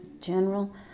general